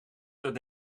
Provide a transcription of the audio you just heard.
dat